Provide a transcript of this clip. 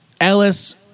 Ellis